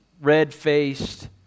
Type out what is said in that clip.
red-faced